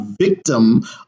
victim